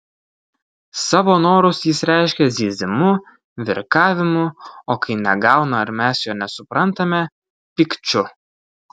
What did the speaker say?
savo norus jis reiškia zyzimu virkavimu o kai negauna ar mes jo nesuprantame pykčiu